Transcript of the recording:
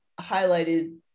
highlighted